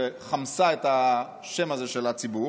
שחמסה את השם הזה של הציבור,